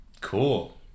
cool